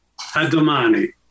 Adomani